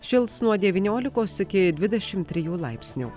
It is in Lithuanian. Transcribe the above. šils nuo devyniolikos iki dvidešimt trijų laipsnių